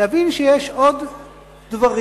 להבין שיש עוד דברים,